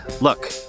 Look